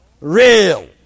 real